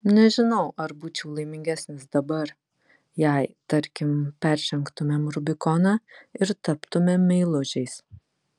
nežinau ar būčiau laimingesnis dabar jei tarkim peržengtumėm rubikoną ir taptumėm meilužiais